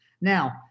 Now